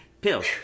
Pills